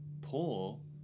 pull